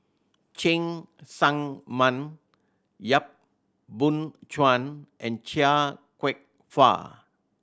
Cheng Tsang Man Yap Boon Chuan and Chia Kwek Fah